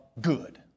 good